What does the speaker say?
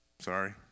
Sorry